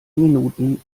minuten